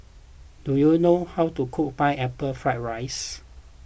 do you know how to cook Pineapple Fried Rice